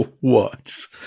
watch